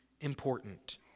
important